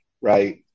right